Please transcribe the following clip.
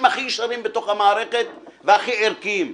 הכי ישרים בתוך המערכת והכי ערכיים.